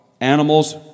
animals